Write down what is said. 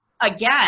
again